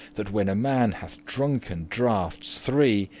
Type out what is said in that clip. that when a man hath drunken draughtes three,